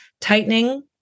tightening